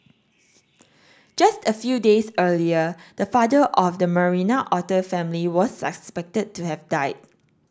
just a few days earlier the father of the Marina otter family was suspected to have died